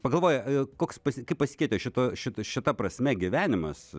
pagalvoji koks pasi kaip pasikeitė šito šita šita prasme gyvenimas